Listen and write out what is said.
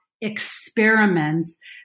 experiments